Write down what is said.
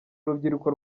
rubyiruko